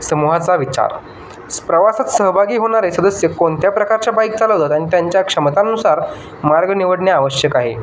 समूहाचा विचार प्रवासात सहभागी होणारे सदस्य कोणत्या प्रकारच्या बाईक चालवतात आणि त्यांच्या क्षमतांनुसार मार्ग निवडणे आवश्यक आहे